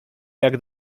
jak